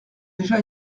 déjà